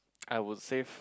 I would say